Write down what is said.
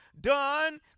done